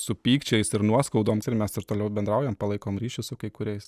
su pykčiais ir nuoskaudoms ir mes ir toliau bendraujam palaikom ryšį su kai kuriais